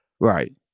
Right